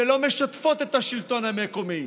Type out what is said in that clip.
שלא משתפות את השלטון המקומי,